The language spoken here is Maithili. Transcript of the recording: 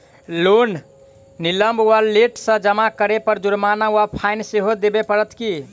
लोन विलंब वा लेट सँ जमा करै पर जुर्माना वा फाइन सेहो देबै पड़त की?